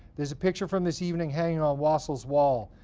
there's a picture from this evening hanging on wassel's wall.